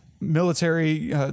military